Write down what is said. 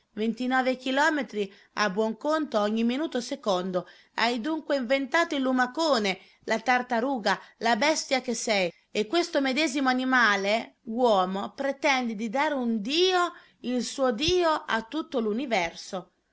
ventinove chilometri a buon conto ogni minuto secondo hai dunque inventato il lumacone la tartaruga la bestia che sei e questo medesimo animale uomo pretende di dare un dio il suo dio a tutto